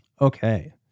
Okay